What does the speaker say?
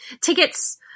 tickets